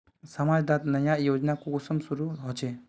समाज डात नया योजना कुंसम शुरू होछै?